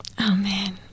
Amen